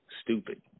stupid